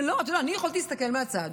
אתה יודע, אני יכולתי להסתכל מהצד